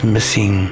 Missing